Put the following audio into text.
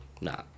nah